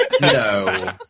No